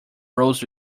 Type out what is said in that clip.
rose